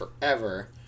forever